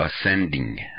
ascending